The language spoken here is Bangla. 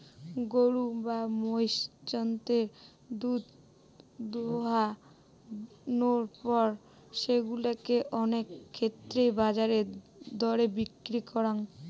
গরু বা মহিষ জন্তুর দুধ দোহানোর পর সেগুলা কে অনেক ক্ষেত্রেই বাজার দরে বিক্রি করাং